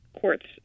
courts